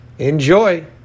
Enjoy